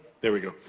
there we go.